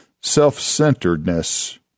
self-centeredness